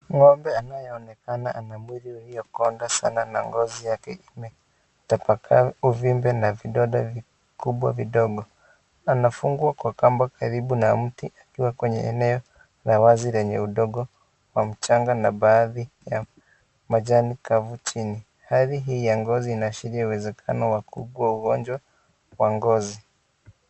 Ng'ombe anayeonekana ana mwili uliokonda sana na ngozi yake imetapakaa uvimbe na vidonda vikubwa vidogo. Anafungwa kwa kamba karibu na mti, akiwa kwenye eneo la wazi lenye udongo wa mchanga na baadhi ya majani kavu chini. Hali hii ya ngozi inaashiria uwezekano wa kuugua ugonjwa wa ngozi.